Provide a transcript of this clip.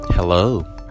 Hello